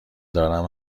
دارم